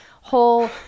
whole